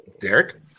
Derek